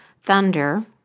thunder